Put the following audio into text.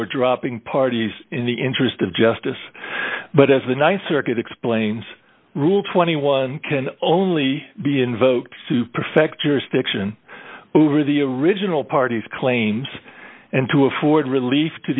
or dropping parties in the interest of justice but as the nice circuit explains rule twenty one dollars can only be invoked to perfect jurisdiction over the original party's claims and to afford relief to